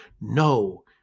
no